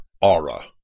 aura